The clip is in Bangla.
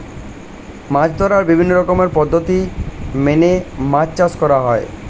মাছ ধরার বিভিন্ন রকমের পদ্ধতি মেনে মাছ চাষ করা হয়